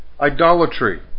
idolatry